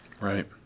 Right